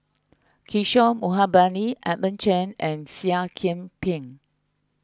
Kishore Mahbubani Edmund Chen and Seah Kian Peng